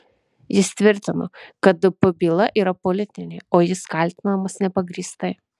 jis tvirtino kad dp byla yra politinė o jis kaltinamas nepagrįstai